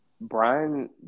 Brian